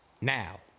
now